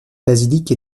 basilique